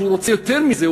שהוא רוצה יותר מזה,